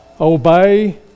obey